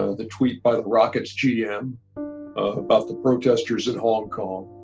ah the tweet by the rockets' gm about the protesters in hong kong,